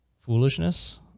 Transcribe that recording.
foolishness